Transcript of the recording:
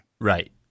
Right